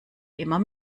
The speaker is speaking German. immer